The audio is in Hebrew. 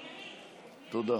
תודה.